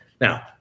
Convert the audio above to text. Now